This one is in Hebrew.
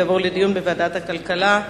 והיא תעבור לדיון בוועדת הכלכלה.